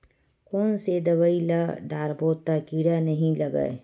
कोन से दवाई ल डारबो त कीड़ा नहीं लगय?